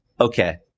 okay